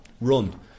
run